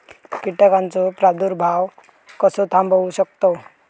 कीटकांचो प्रादुर्भाव कसो थांबवू शकतव?